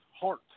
heart